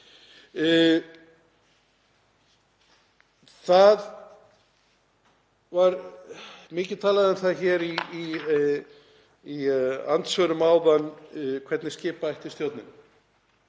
Það var mikið talað um það hér í andsvörum áðan hvernig skipa ætti í stjórnina